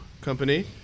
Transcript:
Company